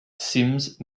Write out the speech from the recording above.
sims